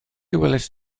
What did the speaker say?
welaist